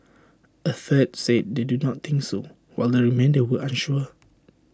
A third said they do not think so while the remainder were unsure